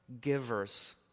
givers